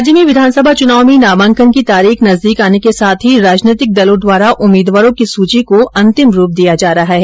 राज्य में विधानसभा चुनाव में नामांकन की तारीख नजदीक आने के साथ ही राजनैतिक दलों द्वारा उम्मीदवारों की सूची को अंतिम रूप दिया जा रहा है